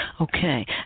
Okay